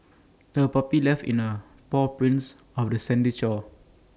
the puppy left in A paw prints of the sandy shore